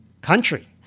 country